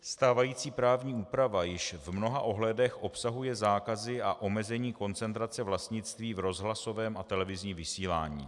Stávající právní úprava již v mnoha ohledech obsahuje zákazy a omezení koncentrace vlastnictví v rozhlasovém a televizním vysílání.